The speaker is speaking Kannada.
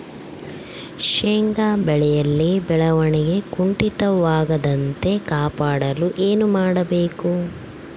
ಶೇಂಗಾ ಬೆಳೆಯಲ್ಲಿ ಬೆಳವಣಿಗೆ ಕುಂಠಿತವಾಗದಂತೆ ಕಾಪಾಡಲು ಏನು ಮಾಡಬೇಕು?